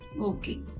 okay